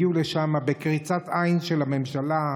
הגיעו לשם בקריצת עין של הממשלה,